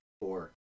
four